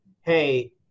hey